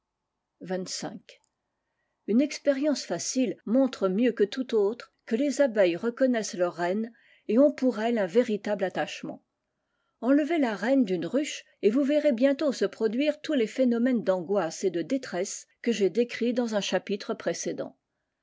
xxv une expérience facile montre mieux que toute autre que les abeilles reconnaissent leur reine t ont pour elle un véritable attachement enlevez la reine d'une ruche et vous verrez bientôt se produire tous les phénomènes d'angoisse et de détresse que j'ai décrits dans ua chapitre précédent